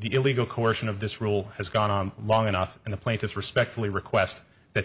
the illegal coercion of this rule has gone on long enough and the plaintiffs respectfully request that